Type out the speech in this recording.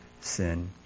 sin